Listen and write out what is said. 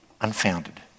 unfounded